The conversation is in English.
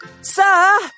Sir